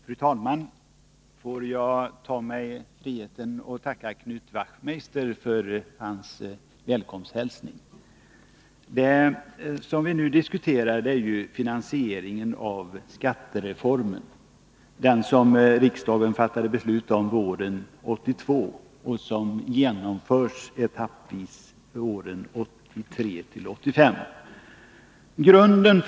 Fru talman! Får jag ta mig friheten att tacka Knut Wachtmeister för hans välkomsthälsning! Det som vi nu diskuterar är ju finansieringen av skattereformen, som riksdagen fattade beslut om på våren 1982 och som genomförs etappvis under åren 1983-1985.